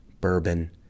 bourbon